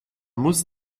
muss